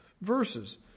verses